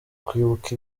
kwibuka